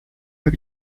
jak